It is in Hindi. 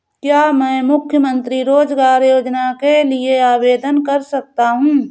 क्या मैं मुख्यमंत्री रोज़गार योजना के लिए आवेदन कर सकता हूँ?